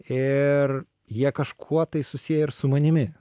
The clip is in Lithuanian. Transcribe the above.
ir jie kažkuo tai susiję ir su manimi